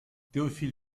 théophile